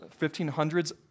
1500s